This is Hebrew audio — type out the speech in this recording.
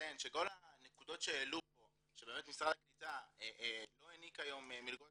ואציין שכל הנקודות שהעלו פה שבאמת משרד הקליטה לא העניק היום מלגות